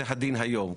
זה כבר הדין היום.